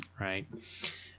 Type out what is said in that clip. right